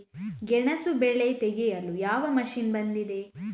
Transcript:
ಗೆಣಸು ಬೆಳೆ ತೆಗೆಯಲು ಯಾವ ಮಷೀನ್ ಬಂದಿದೆ?